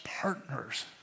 partners